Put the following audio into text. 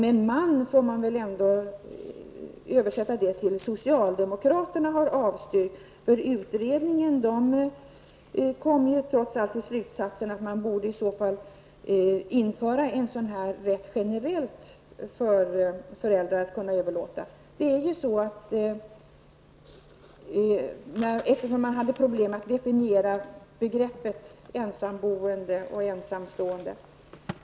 Ordet ''man'' får väl ändå här översättas med ''socialdemokraterna''. Utredningen kom trots allt till slutsatsen att man borde införa en sådan här rätt generellt för föräldrarna, eftersom man hade problem med att definiera begreppen ''ensamboende'' och ''ensamstående''.